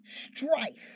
strife